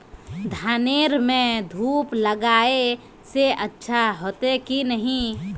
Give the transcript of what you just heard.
धानेर में धूप लगाए से अच्छा होते की नहीं?